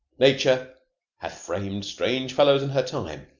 nature hath framed strange fellows in her time,